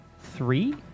Three